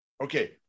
okay